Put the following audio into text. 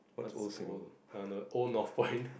what's old err no old Northpoint